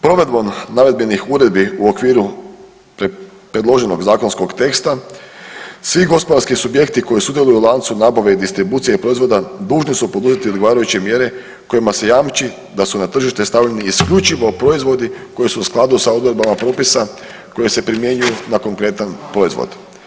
Provedbom navedenih uredbi u okviru predloženog zakonskog teksta, svi gospodarski subjekti koji sudjeluju u lancu nabave i distribucije proizvoda dužni su poduzeti odgovarajuće mjere kojima se jamči da su na tržište stavljani isključivo proizvodi koji su u skladu sa odredbama propisa koji se primjenjuju na konkretan proizvod.